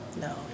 No